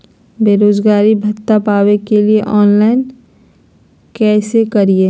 बेरोजगारी भत्ता पावे के लिए आवेदन कैसे करियय?